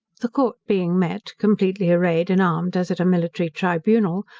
the court being met, completely arrayed and armed as at a military tribunal,